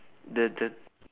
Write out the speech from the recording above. the the